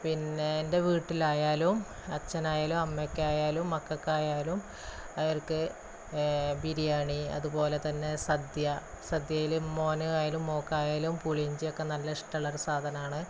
പിന്നെ എന്റെ വീട്ടിലായാലും അച്ഛനായാലും അമ്മക്കായാലും മക്കള്ക്കായാലും അവർക്ക് ബിരിയാണി അതുപോലെതന്നെ സദ്യ സദ്യയില് മോന് ആയാലും മോള്ക്ക് ആയാലും പുളിയിഞ്ചിയൊക്കെ നല്ല ഇഷ്ടമുള്ളൊരു സാധനമാണ്